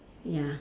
ya